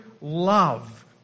love